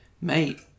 mate